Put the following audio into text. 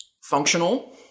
functional